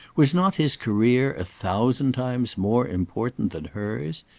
was not his career a thousand times more important than hers?